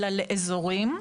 אלא לאזורים,